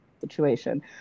situation